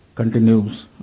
Continues